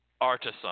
artisan